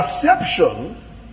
perception